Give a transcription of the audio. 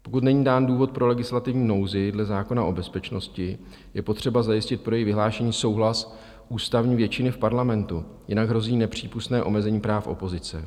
Pokud není dán důvod pro legislativní nouzi dle zákona o bezpečnosti, je potřeba zajistit pro její vyhlášení souhlas ústavní většiny v parlamentu, jinak hrozí nepřípustné omezení práv opozice.